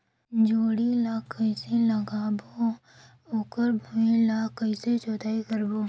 जोणी ला कइसे लगाबो ओकर भुईं ला कइसे जोताई करबो?